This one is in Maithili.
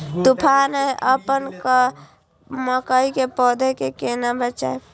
तुफान है अपन मकई के पौधा के केना बचायब?